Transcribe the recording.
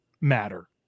matter